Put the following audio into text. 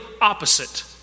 opposite